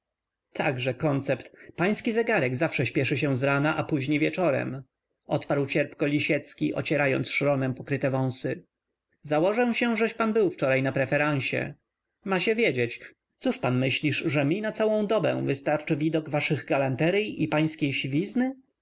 także koncept pański zegarek zawsze spieszy się z rana a późni wieczorem odparł cierpko lisiecki ocierając szronem pokryte wąsy założę się żeś pan był wczoraj na preferansie ma się wiedzieć cóż pan myślisz że mi na całą dobę wystarczy widok waszych galanteryj i pańskiej siwizny